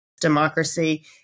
democracy